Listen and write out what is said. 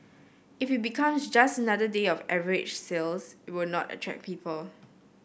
if it becomes just another day of average sales it will not attract people